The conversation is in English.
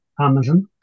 Amazon